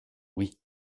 oui